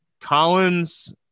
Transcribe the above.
Collins